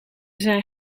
zijn